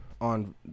On